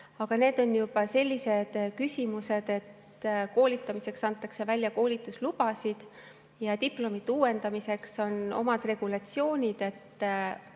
aga need on juba sellised küsimused, et koolitamiseks antakse välja koolituslubasid ja diplomite uuendamiseks on omad regulatsioonid.